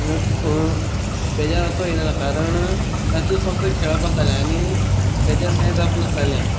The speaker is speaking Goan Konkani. बेज्यार असो येयल ना कारण तातूं फक्त खेळप आसतालें आनी बेज्यार कांय जावप नासतालें